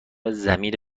زمین